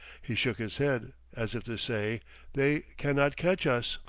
he shook his head, as if to say they can not catch us.